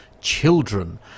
children